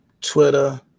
Twitter